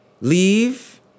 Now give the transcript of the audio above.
leave